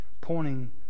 pointing